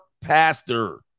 pastor